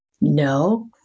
no